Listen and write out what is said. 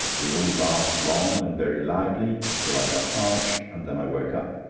we all laughed long and very loudly, till i got parched, and then i woke up.